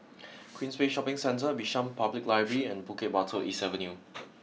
Queensway Shopping Centre Bishan Public Library and Bukit Batok East Avenue